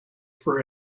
for